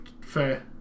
Fair